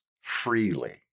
freely